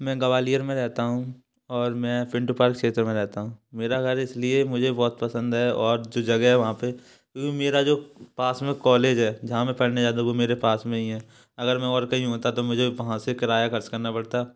मैं ग्वालियर में रहता हूँ और मैं पिंटू पाल क्षेत्र में रहता हूँ मेरा घर इसलिए मुझे बहुत पसंद है और जो जगह वहाँ पर मेरा जो पास में कॉलेज है जहाँ मैं पढ़ने जाता हूँ वो मेरे पास में ही है अगर मैं और कहीं होता तो मुझे वहाँ से किराया खर्च करना पड़ता